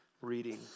reading